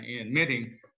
admitting